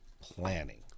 planning